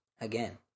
Again